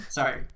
Sorry